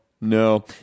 no